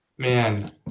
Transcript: Man